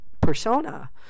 persona